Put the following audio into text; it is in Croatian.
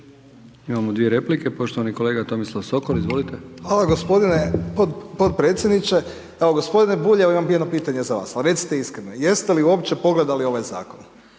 Imamo dvije replike. Poštovani kolega Tomislav Sokol. **Sokol, Tomislav (HDZ)** Hvala gospodine potpredsjedniče. Evo gospodine Bulj, imam jedno pitanje za vas pa recite iskreno. Jeste li uopće pogledali ovaj zakon?